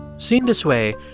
seen this way,